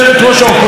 שהיא,